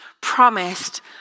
promised